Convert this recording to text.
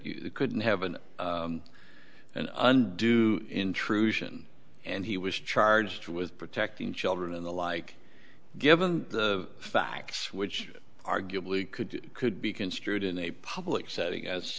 you couldn't have an undue intrusion and he was charged with protecting children and the like given the facts which arguably could could be construed in a public setting as